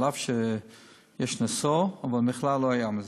אף שיש נשא, אבל מחלה לא הייתה מזה.